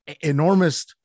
enormous